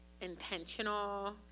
intentional